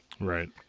Right